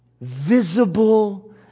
visible